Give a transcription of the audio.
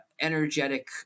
energetic